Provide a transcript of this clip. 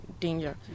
danger